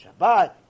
Shabbat